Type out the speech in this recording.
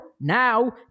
now